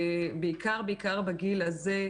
בעיקר בעיקר בגיל הזה.